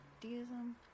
deism